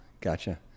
Gotcha